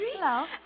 Hello